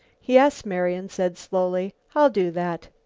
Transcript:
yes, marian said slowly, i'll do that.